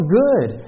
good